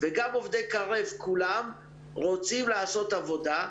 וכל עובדי "קרב" רוצים לעשות עבודה.